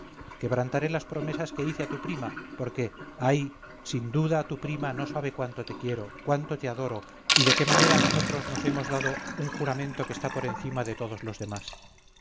quebrantaré las promesas que hice a tu prima porque ay sin duda tu prima no sabe cuánto te quiero cuánto te adoro y de qué manera nosotros nos hemos dado un juramento que está por encima de todos los demás